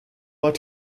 ought